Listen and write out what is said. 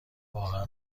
واقعا